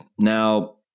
Now